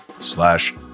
slash